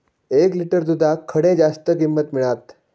एक लिटर दूधाक खडे जास्त किंमत मिळात?